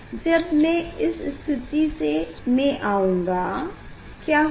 जब मैं इस स्थिति में आऊँगा क्या होगा